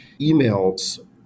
emails